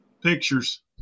pictures